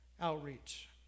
outreach